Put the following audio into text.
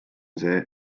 see